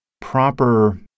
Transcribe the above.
proper